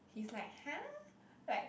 he's like !huh! like